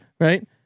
right